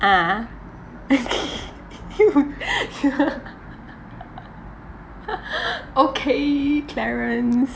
ah okay okay clarence